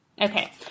Okay